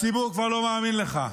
הציבור כבר לא מאמין לך.